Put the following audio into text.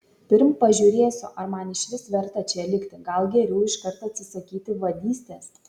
pirm pažiūrėsiu ar man išvis verta čia likti gal geriau iškart atsisakyti vadystės